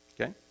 Okay